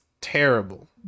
terrible